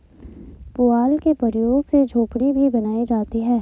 पुआल के प्रयोग से झोपड़ी भी बनाई जाती है